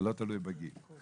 זה לא תלוי בגיל.